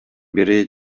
бери